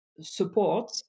support